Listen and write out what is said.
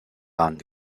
ran